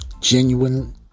genuine